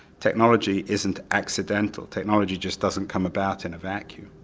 technology isn't accidental, technology just doesn't come about in a vacuum.